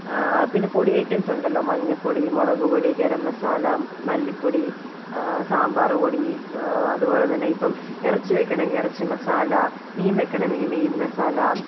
പിന്നെ പൊടി ഐറ്റംസ് ഉണ്ടല്ലോ മഞ്ഞൾപ്പൊടി മുളക് പൊടി ഗരം മസാല മല്ലിപ്പൊടി സാമ്പാർ പൊടി അതുപോലെ തന്നെ ഇപ്പം ഇറച്ചി വയ്ക്കണമെങ്കിൽ ഇറച്ചി മസാല മീൻ വയക്കണമെങ്കിൽ മീൻ മസാല